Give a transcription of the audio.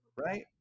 Right